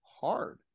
hard